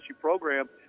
program